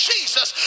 Jesus